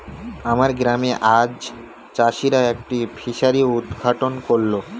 আমার গ্রামে আজ চাষিরা একটি ফিসারি উদ্ঘাটন করল